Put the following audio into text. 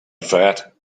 fat